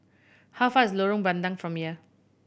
how far is Lorong Bandang from here